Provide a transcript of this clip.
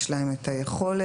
יש להם את היכולת,